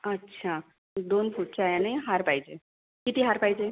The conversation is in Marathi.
अच्छा दोन गुच्छ आणि हार पाहिजे किती हार पाहिजे